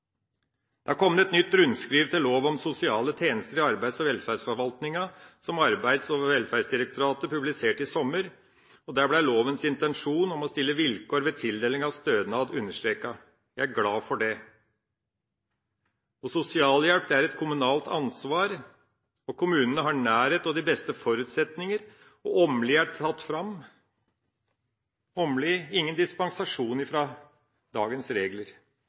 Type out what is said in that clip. Det har kommet et nytt rundskriv til lov om sosiale tjenester i arbeids- og velferdsforvaltningen, som Arbeids- og velferdsdirektoratet publiserte i sommer, og der er lovens intensjon om å stille vilkår ved tildeling av stønad understreket. Jeg er glad for det. Sosialhjelp er et kommunalt ansvar, og kommunene har nærhet og de beste forutsetninger. Åmli er tatt fram. Åmli: ingen dispensasjon fra dagens regler.